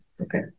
Okay